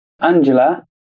Angela